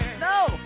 No